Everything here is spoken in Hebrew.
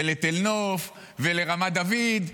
ולתל נוף ולרמת דוד,